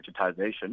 digitization